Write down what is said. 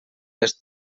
les